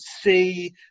see